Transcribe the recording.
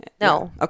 No